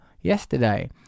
yesterday